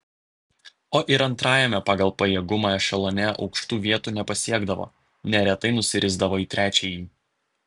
o ir antrajame pagal pajėgumą ešelone aukštų vietų nepasiekdavo neretai nusirisdavo į trečiąjį